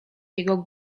jego